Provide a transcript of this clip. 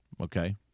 okay